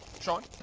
shawn